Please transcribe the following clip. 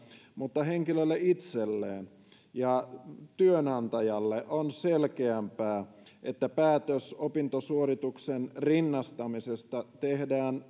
mutta henkilölle itselleen ja työnantajalle on selkeämpää että päätös opintosuorituksen rinnastamisesta tehdään